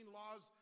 laws